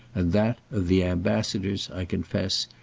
and that of the ambassadors, i confess,